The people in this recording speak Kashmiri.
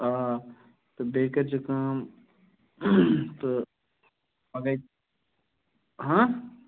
آ تہٕ بیٚیہِ کٔرۍزِ کٲم تہٕ پگاہ ہہ